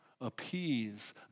appease